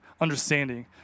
understanding